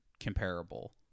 comparable